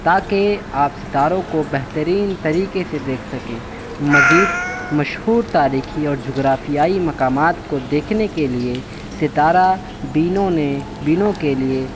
تا کہ آپ ستاروں کو بہترین طریقے سے دیکھ سکیں مزید مشہور تاریخی اور جغرافیائی مقامات کو دیکھنے کے لیے ستارہ بینوں نے بینوں کے لیے